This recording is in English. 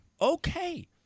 Okay